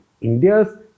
India's